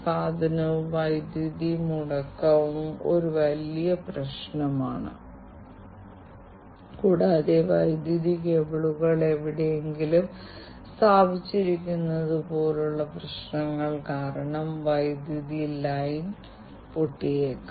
power സിസ്റ്റത്തിൽ പിടിമുറുക്കുക എന്നത് വളരെ എളുപ്പമാണ് കൂടാതെ ഏതെങ്കിലും തരത്തിലുള്ള ആക്രമണം നടത്തുന്നത് പോലെയുള്ള വലിയ ആഘാതം സൃഷ്ടിക്കുകയും അത് സിസ്റ്റത്തെ തകർക്കുകയും വലിയ പ്രവർത്തനരഹിതമാക്കുകയും ചെയ്യും